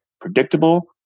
predictable